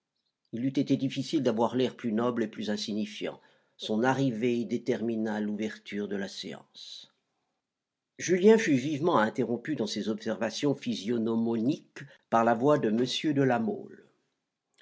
il eût été difficile d'avoir l'air plus noble et plus insignifiant son arrivée détermina l'ouverture de la séance julien fut vivement interrompu dans ses observations physiognomoniques par la voix de m de la mole